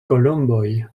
kolomboj